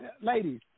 ladies